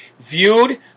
viewed